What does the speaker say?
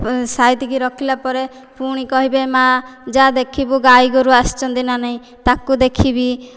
ସାଇତିକି ରଖିଲା ପରେ ପୁଣି କହିବେ ମାଆ ଯା ଦେଖିବୁ ଗାଈ ଗୋରୁ ଆସିଛନ୍ତି ନା ନାହିଁ ତାକୁ ଦେଖିବି